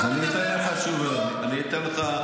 ואתה מדבר על שוויון, על קריטריונים?